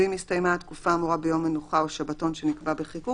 ואם הסתיימה התקופה האמורה ביום מנוחה או שבתון שנקבע בחיקוק